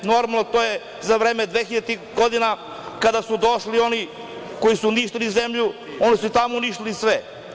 Normalno, to je za vreme dvehiljaditih godina, kada su došli oni koji su uništili zemlju, oni su i tamo uništili sve.